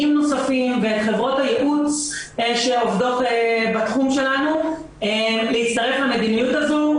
נוספים וחברות ייעוץ שעובדות בתחום שלנו להצטרף למדיניות הזו.